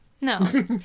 No